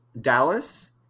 Dallas